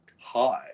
Hi